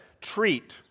treat